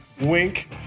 Wink